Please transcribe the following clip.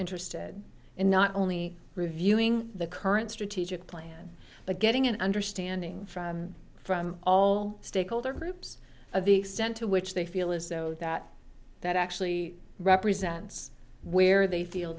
interested in not only reviewing the current strategic plan but getting an understanding from from all stakeholder groups of the extent to which they feel as though that that actually represents where they feel